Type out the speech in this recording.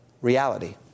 reality